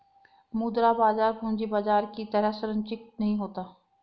मुद्रा बाजार पूंजी बाजार की तरह सरंचिक नहीं होता